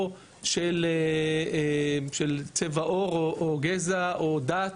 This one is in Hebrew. או של צבע עור או גזע או דת.